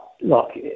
Look